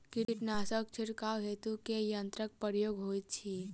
कीटनासक छिड़काव हेतु केँ यंत्रक प्रयोग होइत अछि?